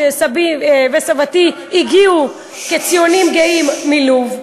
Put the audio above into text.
שסבי וסבתי הגיעו כציונים גאים מלוב,